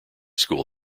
school